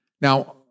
Now